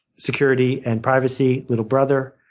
security and privacy, little brother.